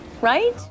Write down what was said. right